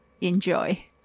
enjoy